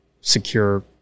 secure